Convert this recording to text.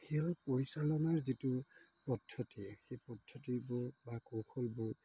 খেল পৰিচালনাৰ যিটো পদ্ধতি সেই পদ্ধতিবোৰ বা কৌশলবোৰ